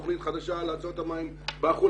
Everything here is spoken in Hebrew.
תוכנית חדשה לעצור את המים בהחולה,